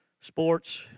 sports